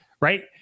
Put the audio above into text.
right